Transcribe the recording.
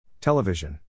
Television